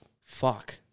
Fuck